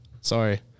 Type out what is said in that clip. Sorry